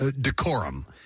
decorum